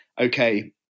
okay